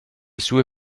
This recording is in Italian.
sue